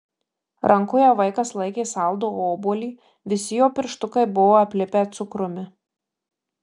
rankoje vaikas laikė saldų obuolį visi jo pirštukai buvo aplipę cukrumi